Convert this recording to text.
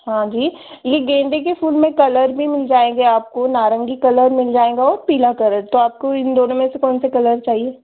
हाँ जी यह गेंदे के फूल में कलर भी मिल जाएँगे आपको नारंगी कलर मिल जाएगा और पीला कलर तो आपको इन दोनों में से कौन सा कलर चाहिए